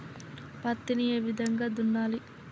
పత్తిని ఏ విధంగా దున్నాలి?